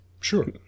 Sure